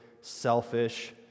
selfish